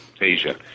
Asia